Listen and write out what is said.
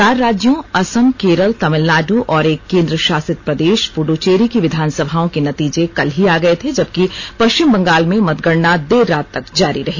चार राज्यों असम केरल तमिलनाडू और एक केन्द्र शासित प्रदेष पुड्येरी की विधानसभाओं के नतीजे कल ही आ गए थे जबकि पष्विम बंगाल में मतगणना देर रात तक जारी रही